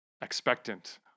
expectant